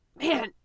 Man